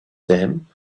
them